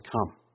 come